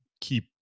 keep